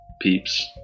peeps